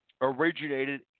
originated